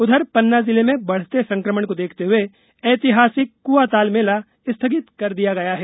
उधर पन्ना जिले में बढ़ते संक्रमण को देखते हुए ऐतिहासिक कुआँताल मेला स्थगित कर दिया गया है